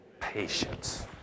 patience